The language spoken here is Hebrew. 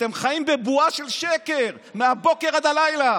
אתם חיים בבועה של שקר מהבוקר עד הלילה,